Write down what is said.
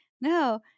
no